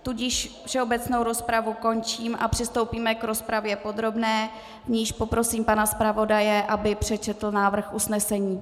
Tudíž všeobecnou rozpravu končím a přistoupíme k rozpravě podrobné, v níž poprosím pana zpravodaje, aby přečetl návrh usnesení.